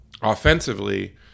offensively